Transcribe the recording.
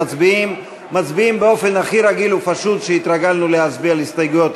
מצביעים באופן הכי רגיל ופשוט שהתרגלנו להצביע על הסתייגויות,